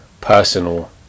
personal